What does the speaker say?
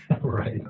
Right